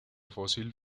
fósil